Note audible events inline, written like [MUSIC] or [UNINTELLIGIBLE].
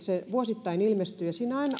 [UNINTELLIGIBLE] se ilmestyy vuosittain